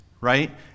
right